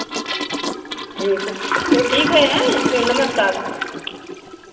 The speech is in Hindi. देखिए कुछ चलो ठीक है आयँ नमस्कार